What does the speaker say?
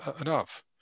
enough